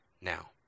now